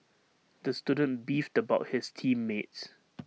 the student beefed about his team mates